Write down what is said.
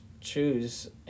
choose